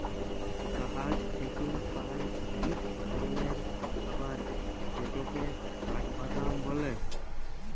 গাহাচ থ্যাইকে পাই ইক ধরলের খাবার যেটকে কাঠবাদাম ব্যলে